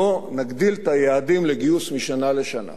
בואו נגדיל את היעדים לגיוס משנה לשנה.